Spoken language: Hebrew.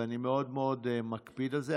ואני מאוד מאוד מקפיד על זה.